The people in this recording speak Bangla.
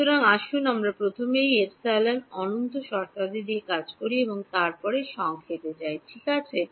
সুতরাং আসুন আমরা প্রথমে এই অ্যাপসিলন অনন্ত শর্তাদি নিয়ে কাজ করি এবং তারপরে সংক্ষেপে যাই ঠিক আছে